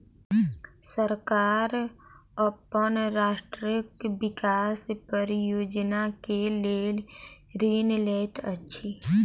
सरकार अपन राष्ट्रक विकास परियोजना के लेल ऋण लैत अछि